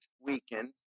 weakened